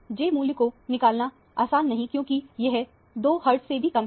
J मूल्य को निकालना आसान नहीं क्योंकि यह 2 हर्टज से भी कम है